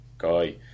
guy